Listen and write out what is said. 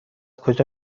کجا